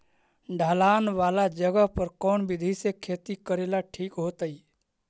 ढलान वाला जगह पर कौन विधी से खेती करेला ठिक होतइ?